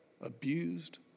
abused